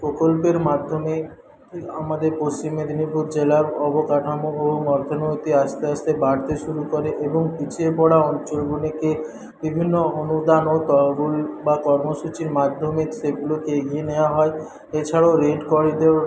প্রকল্পের মাধ্যমে আমাদের পশ্চিম মেদিনীপুর জেলার পরিকাঠামো অর্থনৈতিক আস্তে আস্তে বাড়তে শুরু করে এবং পিছিয়ে পড়া অঞ্চলগুলিকে বিভিন্ন অনুদান রুল বা কর্মসূচির মাধ্যমে সেগুলো এগিয়ে নেওয়া হয় এছাড়াও রেড করিডর